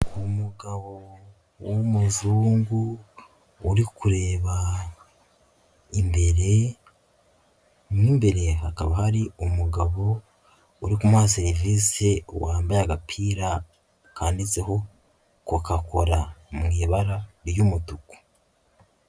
Umugabo w'umuzungu uri kureba imbere, mo imbere hakaba hari umugabo uri kumuha serivise, wambaye agapira kanditseho Koka kola, mu ibara ry'umutuku.